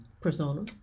persona